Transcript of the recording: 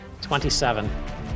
27